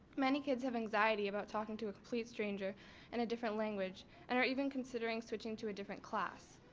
many kids have anxiety about talking to a complete stranger in a different language and are even considering switching to a different class.